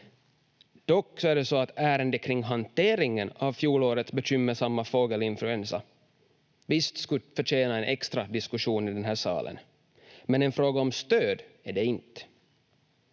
Dock är det så att ärendet kring hanteringen av fjolårets bekymmersamma fågelinfluensa visst skulle förtjäna en extra diskussion i den här salen, men en fråga om stöd är det inte.